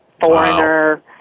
Foreigner